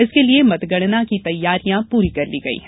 इसके लिए मतगणना की तैयारियां प्री कर ली गई है